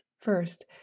First